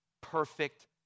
Perfect